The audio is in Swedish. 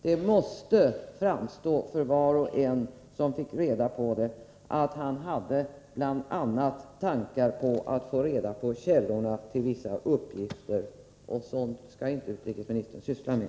För var och en som fick reda på det måste det framstå som att utrikesministern bl.a. hade tankar på att få reda på källorna till vissa uppgifter. Sådant skall inte utrikesministern syssla med.